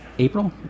april